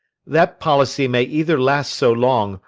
that policy may either last so long,